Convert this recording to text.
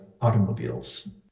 automobiles